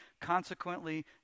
consequently